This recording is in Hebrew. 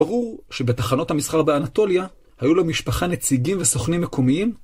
ברור שבתחנות המסחר באנטוליה, היו למשפחה נציגים וסוכנים מקומיים